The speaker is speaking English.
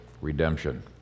redemption